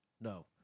No